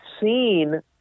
seen